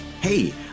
Hey